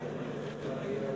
חברי חברי